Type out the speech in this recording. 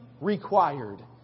required